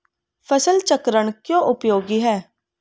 फसल चक्रण क्यों उपयोगी है?